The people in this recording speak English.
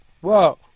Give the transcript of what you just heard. whoa